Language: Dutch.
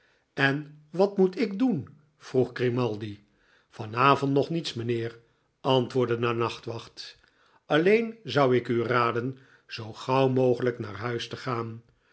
en wat moet ik doen vroeg grimaldi van avond nog niets mijnheer antwoordde de nachtwacht alleen zou ik u raden zoo gauw mogelijk naar huis te gaan